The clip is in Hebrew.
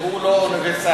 הוא לא אוניברסלי.